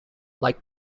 like